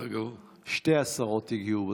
שתי השרות הגיעו בזמן.